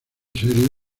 serie